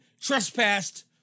trespassed